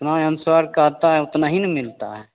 जितना अनुसार का आता है उतना ही ना मिलता है